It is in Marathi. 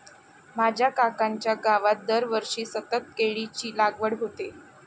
माझ्या काकांच्या गावात दरवर्षी सतत केळीची लागवड होते